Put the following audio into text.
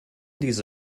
diese